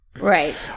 Right